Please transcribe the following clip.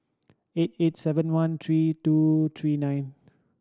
eight eight seven one three two three nine